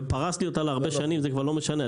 ופרסתי אותה להרבה שנים, זה כבר לא משנה.